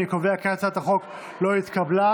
אני קובע כי הצעת החוק לא התקבלה.